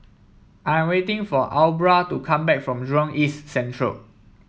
I'm waiting for Aubra to come back from Jurong East Central